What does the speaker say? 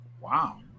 Wow